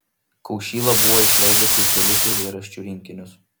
kaušyla buvo išleidęs jau kelis eilėraščių rinkinius